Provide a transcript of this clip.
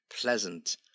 pleasant